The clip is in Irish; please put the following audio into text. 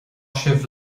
sibh